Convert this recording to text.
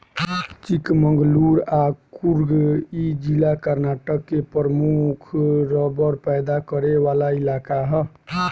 चिकमंगलूर आ कुर्ग इ जिला कर्नाटक के प्रमुख रबड़ पैदा करे वाला इलाका ह